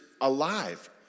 alive